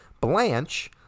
Blanche